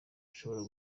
bashobora